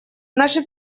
наши